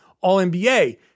All-NBA